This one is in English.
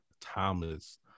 timeless